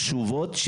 חשובות,